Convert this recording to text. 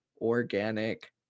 organic